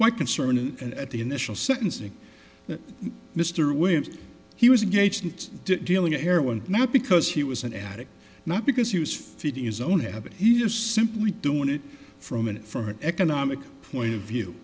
quite concerned and at the initial sentencing mr williams he was engaged in dealing erewhon now because he was an addict not because he was feeding his own habit he just simply doing it from an for an economic point of view